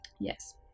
Yes